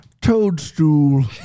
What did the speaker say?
Toadstool